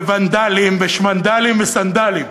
וונדלים ושמנדלים וסנדלים.